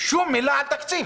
שום מילה על תקציב.